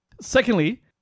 Secondly